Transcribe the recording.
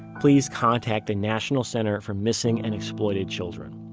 please contact the national center for missing and exploited children.